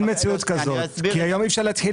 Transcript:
אין מציאות כזאת כי היום אי אפשר להתחיל